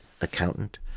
accountant